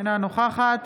אינה נוכחת